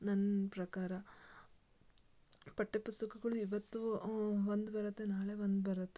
ನನ್ನ ಪ್ರಕಾರ ಪಠ್ಯ ಪುಸ್ತಕಗಳು ಇವತ್ತು ಒಂದು ಬರುತ್ತೆ ನಾಳೆ ಒಂದು ಬರುತ್ತೆ